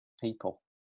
people